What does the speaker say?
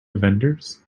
vendors